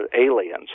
aliens